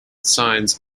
signs